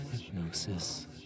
hypnosis